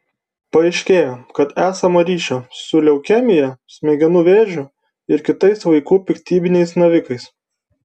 paaiškėjo kad esama ryšio su leukemija smegenų vėžiu ir kitais vaikų piktybiniais navikais